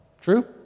True